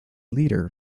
leader